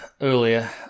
earlier